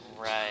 Right